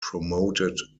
promoted